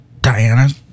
Diana